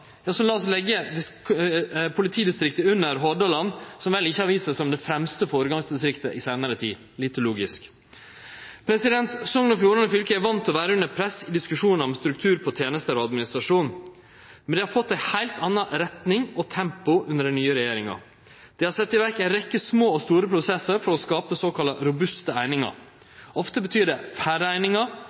Så lat oss leggje politidistriktet under Hordaland, som vel ikkje har vist seg som det fremste føregangsdistriktet i den seinare tida. Lite logisk. Sogn og Fjordane fylke er van med å vere under press i diskusjonar om struktur på tenester og administrasjon. Men dei har fått ei heilt anna retning og tempo under den nye regjeringa. Ho har sett i verk eit rekkje små og store prosessar for å skape såkalla robuste einingar. Ofte betyr det færre einingar,